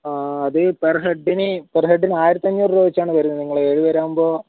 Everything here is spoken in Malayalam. ആ അത് ഈ പെർ ഹെഡിന് പെർ ഹെഡിന് ആറായിരത്തി അഞ്ഞൂറ് രൂപ വെച്ചാണ് വരുന്നത് നിങ്ങൾ ഏഴ് പേരാകുമ്പോൾ